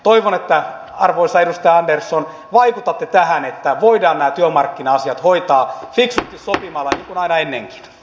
toivon että arvoisa edustaja andersson vaikutatte tähän että voidaan nämä työmarkkina asiat hoitaa fiksusti sopimalla niin kuin aina ennenkin